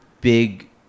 big